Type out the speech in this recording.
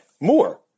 more